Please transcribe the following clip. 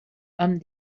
amb